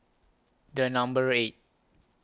The Number eight